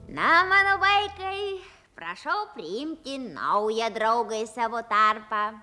na mano vaikai prašau priimti naują draugą į savo tarpą